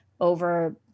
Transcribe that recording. over